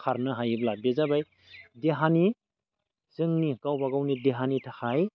खारनो हायोब्ला बे जाबाय देहानि जोंनि गावबा गावनि देहानि थाखाय